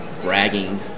bragging